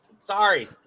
sorry